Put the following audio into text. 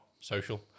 social